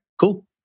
cool